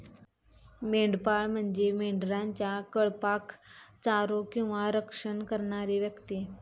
मेंढपाळ म्हणजे मेंढरांच्या कळपाक चारो किंवा रक्षण करणारी व्यक्ती